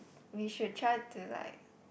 we should try to like